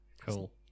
Cool